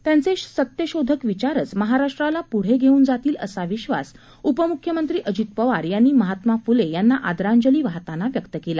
त्यांचे सत्यशोधक विचारच महाराष्ट्राला पुढे घेऊन जातील असा विश्वास उपमुख्यमंत्री अजित पवार यांनी महात्मा फुले यांना आदरांजली वाहताना व्यक्त केला